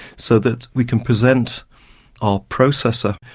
so that we can present our processor.